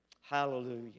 Hallelujah